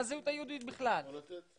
בין היהודים מחו"ל לארץ ישראל.